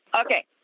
Okay